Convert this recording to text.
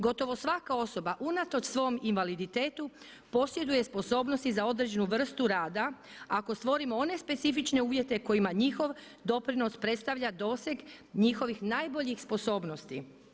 Gotovo svaka osoba unatoč svom invaliditetu posjeduje sposobnosti za određenu vrstu rada ako stvorimo one specifične uvjete kojima njihov doprinos predstavlja doseg njihovih najboljih sposobnosti.